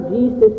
Jesus